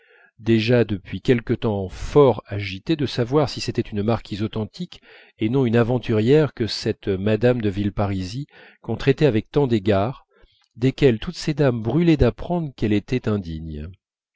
déjà depuis quelque temps fort agitées de savoir si c'était une marquise authentique et non une aventurière que cette mme de villeparisis qu'on traitait avec tant d'égards desquels toutes ces dames brûlaient d'apprendre qu'elle était indigne